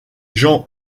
jean